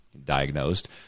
diagnosed